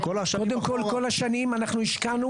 כל השנים אנחנו השקענו